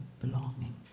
belonging